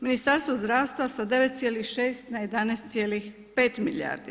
Ministarstvo zdravstva na 9,6 na 11,5 milijardi.